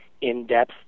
In-depth